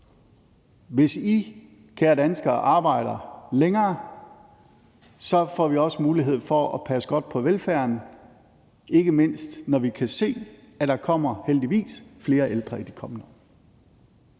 hvis I, kære danskere, arbejder længere, så får vi også mulighed for at passe godt på velfærden, ikke mindst når vi kan se, at der kommer – heldigvis – flere ældre i de kommende